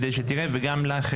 וגם לך,